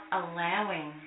allowing